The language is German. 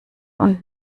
und